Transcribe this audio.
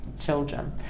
children